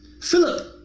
Philip